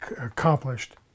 accomplished